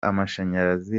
amashanyarazi